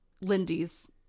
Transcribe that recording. Lindy's